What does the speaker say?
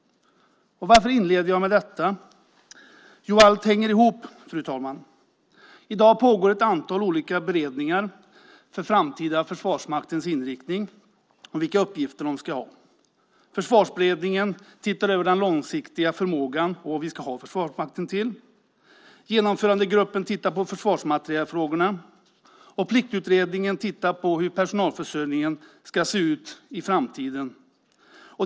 Varför inleder jag med detta? Jo, allting hänger ihop, fru talman. I dag pågår ett antal olika beredningar för Försvarsmaktens framtida inriktning och vilka uppgifter de ska ha. Försvarsberedningen tittar över den långsiktiga förmågan och vad vi ska ha Försvarsmakten till. Genomförandegruppen tittar på försvarsmaterielfrågorna, och Pliktutredningen tittar på hur personalförsörjningen ska se ut i framtiden.